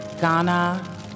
Ghana